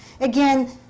Again